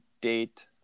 date